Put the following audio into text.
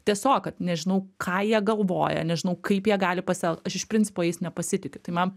tiesog kad nežinau ką jie galvoja nežinau kaip jie gali pasielgt aš iš principo jais nepasitikiu tai man